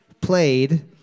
played